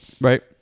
right